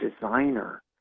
designer